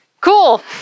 Cool